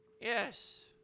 yes